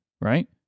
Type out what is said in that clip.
right